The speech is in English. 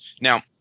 Now